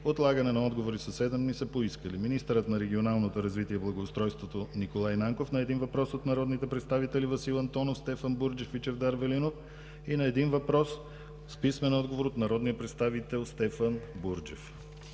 отлагане на отговори със седем дни са поискали: - министърът на регионалното развитие и благоустройството Николай Нанков – на един въпрос от народните представители Васил Антонов, Стефан Бурджев и Чавдар Велинов; и на един въпрос с писмен отговор от народния представител Стефан Бурджев;